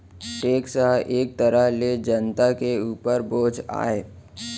tax ह एक तरह ले जनता के उपर बोझ आय